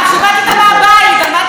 מה הזכרת עכשיו את אבא שלי?